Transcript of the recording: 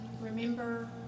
remember